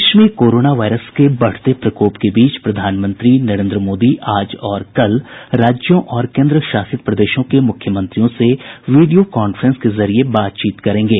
देश में corona virus के बढ़ते प्रकोप के बीच प्रधानमंत्री नरेन्द्र मोदी आज और कल राज्यों और केंद्रशासित प्रदेशों के मुख्यमंत्रियों से वीडियो कांफ्रेंस के जरिये बातचीत करेंगे